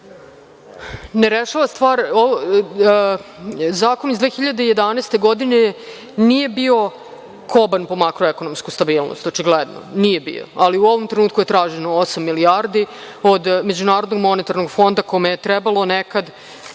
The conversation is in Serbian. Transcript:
ne rešava stvar. Zakon iz 2011. godine nije bio koban po makroekonomsku stabilnost, očigledno nije bio. Ali u ovom trenutku je traženo osam milijardi od MMF, kome je trebalo nekad,